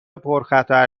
پرخطر